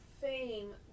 fame